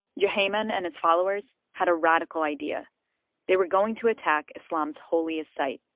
juhayman and his followers had a radical idea they were going to attack islam's holiest site,